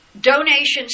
donations